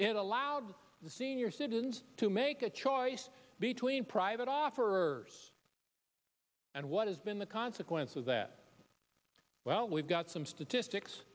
it allowed the senior citizens to make a choice between private offerers and what has been the consequences that well we've got some statistics